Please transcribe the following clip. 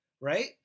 right